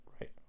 Right